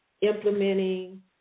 implementing